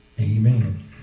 amen